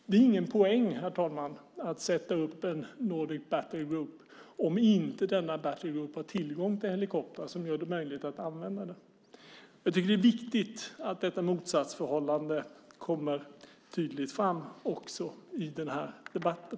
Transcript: Det är ingen poäng, herr talman, att sätta upp en Nordic Battle Group om inte denna battle group har tillgång till helikoptrar som gör det möjligt att använda den. Jag tycker att det är viktigt att detta motsatsförhållande tydligt kommer fram också i den här debatten.